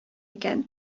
икән